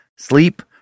Sleep